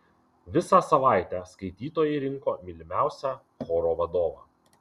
visą savaitę skaitytojai rinko mylimiausią choro vadovą